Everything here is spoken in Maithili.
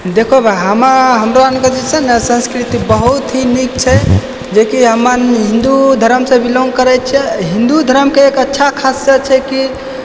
देखो भाइ हमरा हमरा अरके जे छै ने संस्कृति बहुत ही नीक छै जे कि हमे हिन्दू धर्मसँ बिलोंग करय छियै हिन्दू धर्मके एक अच्छा खासा छै कि